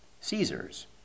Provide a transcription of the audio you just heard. Caesar's